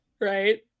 right